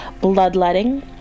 bloodletting